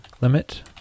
limit